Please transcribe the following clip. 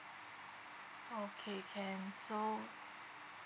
okay can so